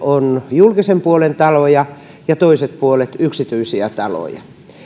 julkisen puolen taloja ja ja toinen puoli yksityisiä taloja